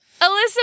Alyssa